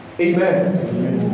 Amen